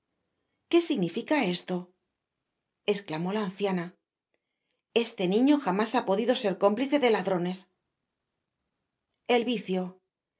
qué significaesto esclamó la anciana este niño jamás ha podido ser cómplice de ladrones el vicio